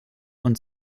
und